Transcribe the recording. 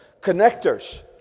Connectors